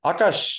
Akash